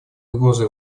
угрозой